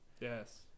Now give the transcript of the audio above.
Yes